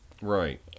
Right